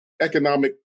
economic